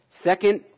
Second